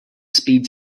speeds